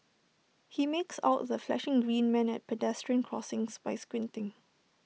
he makes out the flashing green man at pedestrian crossings by squinting